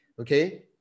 Okay